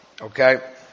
Okay